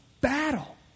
battle